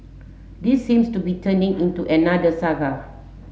this seems to be turning into another saga